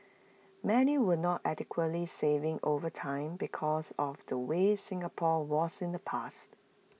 many were not adequately saving over time because of the way Singapore was in the past